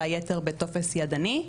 והיתר בטופס ידני.